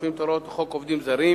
האוכפים את הוראות חוק עובדים זרים